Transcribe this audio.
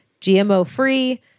GMO-free